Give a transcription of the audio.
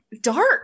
dark